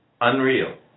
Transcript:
unreal